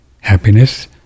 happiness